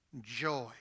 joy